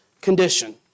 condition